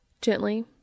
Gently